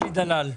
אלי דלל.